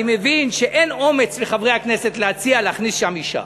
אני מבין שאין אומץ לחברי הכנסת להציע להכניס לשם אישה.